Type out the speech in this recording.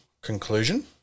conclusion